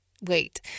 Wait